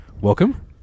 Welcome